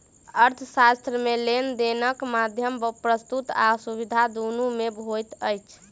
अर्थशास्त्र मे लेन देनक माध्यम वस्तु आ सुविधा दुनू मे होइत अछि